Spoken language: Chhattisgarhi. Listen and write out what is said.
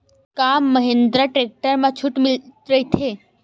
का महिंद्रा टेक्टर मा छुट राइथे?